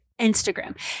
instagram